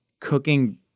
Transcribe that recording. cooking